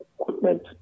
equipment